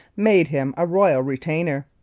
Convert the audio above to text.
made him a royal retainer.